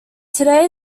today